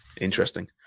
interesting